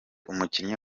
umukinnyi